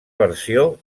versió